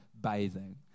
bathing